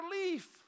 relief